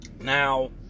Now